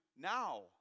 Now